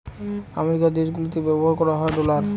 American দেশগুলিতে ব্যবহার হয় ডলার